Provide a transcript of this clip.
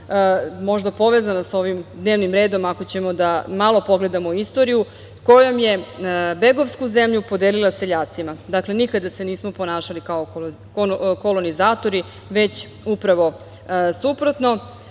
možda povezana sa ovim dnevnim redom, ako ćemo malo da pogledamo istoriju, a kojom je begovsku zemlju podelila seljacima. Dakle, nikada se nismo ponašali kao kolonizatori, već upravo suprotno.